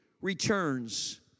returns